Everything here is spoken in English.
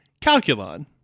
Calculon